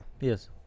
Yes